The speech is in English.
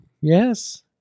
Yes